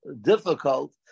difficult